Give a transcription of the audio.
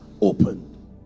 open